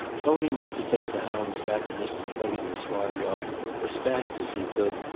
tony was to take the hounds back to mr. twentyman's farmyard as fast as he could,